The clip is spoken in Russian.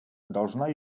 должна